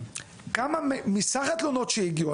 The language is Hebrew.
כמה מסך התלונות שהגיעו,